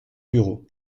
bureau